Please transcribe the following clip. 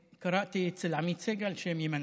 קראתי אצל עמית סגל שהם יימנעו.